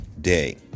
day